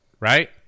Right